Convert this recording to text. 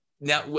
now